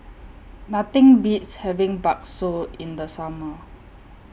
Nothing Beats having Bakso in The Summer